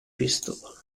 pistola